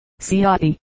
Siati